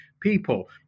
people